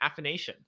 affination